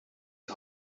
die